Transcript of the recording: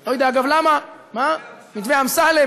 לא יודע, אגב, למה, מתווה אמסלם.